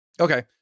Okay